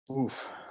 Oof